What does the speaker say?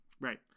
right